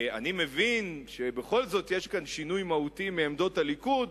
אני מבין שבכל זאת יש כאן שינוי מהותי מעמדות הליכוד,